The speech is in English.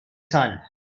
sun